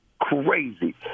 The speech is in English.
Crazy